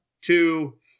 two